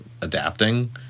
adapting